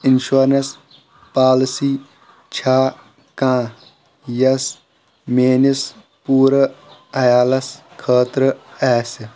insurance policy چھا کانٛہہ یۄس میٛٲنِس پوٗرٕ عیالَس خٲطرٕ آسہِ